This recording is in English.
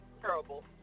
terrible